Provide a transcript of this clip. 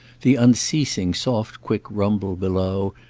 the unceasing soft quick rumble, below,